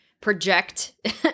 project